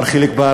מר חיליק בר,